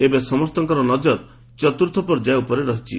ଏବେ ସମସ୍ତଙ୍କର ନକର ଚତୁର୍ଥ ପର୍ଯ୍ୟାୟ ଉପରେ ରହିଛି